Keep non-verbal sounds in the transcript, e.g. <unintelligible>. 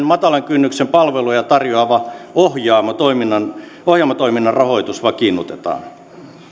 <unintelligible> matalan kynnyksen palveluja tarjoavan ohjaamo toiminnan ohjaamo toiminnan rahoitus vakiinnutetaan